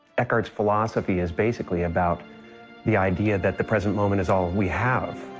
eckhart's philosophy is basically about the idea that the present moment is all we have.